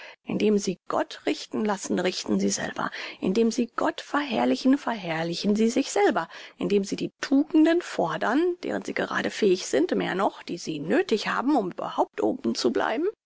indem sie gott richten lassen richten sie selber indem sie gott verherrlichen verherrlichen sie sich selber indem sie die tugenden fordern deren sie gerade fähig sind mehr noch die sie nöthig haben um überhaupt oben zu bleiben